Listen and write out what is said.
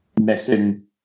missing